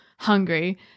hungry